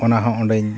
ᱚᱱᱟᱦᱚᱸ ᱚᱸᱰᱮᱧ